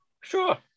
Sure